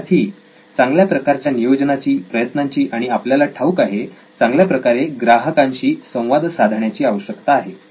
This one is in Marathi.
यासाठी चांगल्या प्रकारच्या नियोजनाची प्रयत्नांची आणि आपल्याला ठाऊक आहे चांगल्या प्रकारे ग्राहकांशी संवाद साधण्याची आवश्यकता आहे